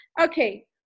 okay